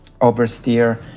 oversteer